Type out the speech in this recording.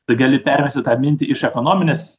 tai gali pervesti tą mintį iš ekonominės